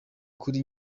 kuri